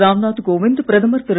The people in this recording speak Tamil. ராம் நாத் கோவிந்த் பிரதமர் திரு